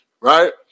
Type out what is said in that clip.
right